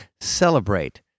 celebrate